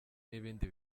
n’ibindi